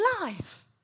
life